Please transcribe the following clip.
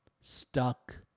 stuck